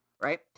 right